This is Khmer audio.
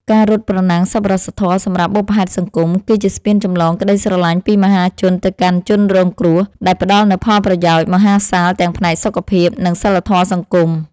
ការរត់ប្រណាំងសប្បុរសធម៌សម្រាប់បុព្វហេតុសង្គម គឺជាស្ពានចម្លងក្ដីស្រឡាញ់ពីមហាជនទៅកាន់ជនរងគ្រោះ ដែលផ្ដល់នូវផលប្រយោជន៍មហាសាលទាំងផ្នែកសុខភាព និងសីលធម៌សង្គម។